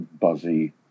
buzzy